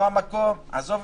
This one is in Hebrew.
לא המקום וכו'.